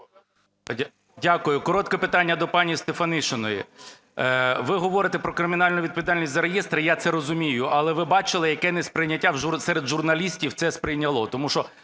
Дякую. Коротке питання до пані Стефанішиної. Ви говорите про кримінальну відповідальність за реєстри, я це розумію. Але ви бачили, яке несприйняття серед журналістів це сприйняло,